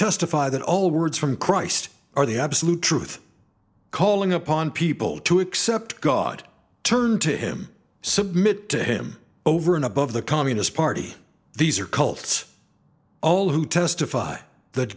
testify that all words from christ are the absolute truth calling upon people to accept god turn to him submit to him over and above the communist party these are cults all who testify that